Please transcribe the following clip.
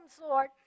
Lord